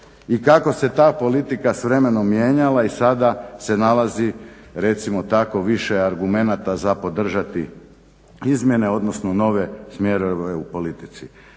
i kako se ta politika s vremenom mijenjala i sada se nalazi recimo tako više argumenata za podržati izmjene, odnosno nove smjerove u politici.